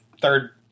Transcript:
Third